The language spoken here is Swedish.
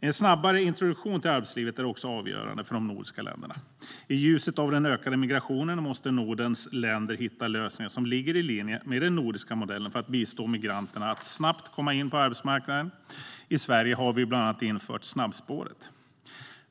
En snabbare introduktion till arbetslivet är också avgörande för de nordiska länderna. I ljuset av den ökade migrationen måste Nordens länder hitta lösningar som ligger i linje med den nordiska modellen för att bistå migranterna att snabbt komma in på arbetsmarknaden. I Sverige har vi bland annat infört Snabbspåret.